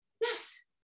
Yes